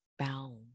bound